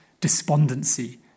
Despondency